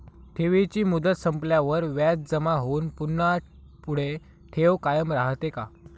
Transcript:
ठेवीची मुदत संपल्यावर व्याज जमा होऊन पुन्हा पुढे ठेव कायम राहते का?